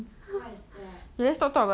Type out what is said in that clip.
what is that